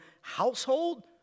household